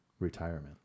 retirement